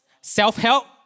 self-help